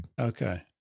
Okay